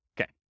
Okay